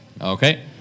Okay